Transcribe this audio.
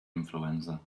influenza